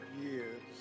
years